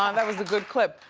um that was a good clip.